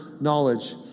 knowledge